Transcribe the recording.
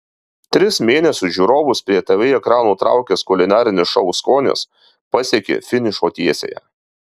tris mėnesius žiūrovus prie tv ekranų traukęs kulinarinis šou skonis pasiekė finišo tiesiąją